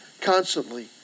constantly